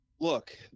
Look